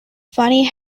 funny